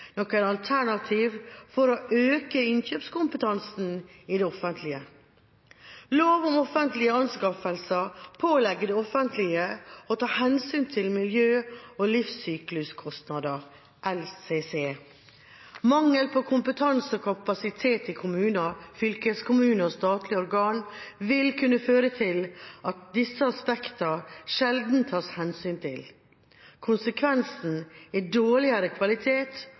alternativ for å øke innkjøpskompetansen i det offentlige. Lov om offentlige anskaffelser pålegger det offentlige å ta hensyn til miljø og livssykluskostnader, LCC. Mangel på kompetansekapasitet i kommuner, fylkeskommuner og statlige organer vil kunne føre til at disse aspektene sjelden tas hensyn til. Konsekvensene er dårligere kvalitet